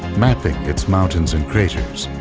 mapping its mountains and craters,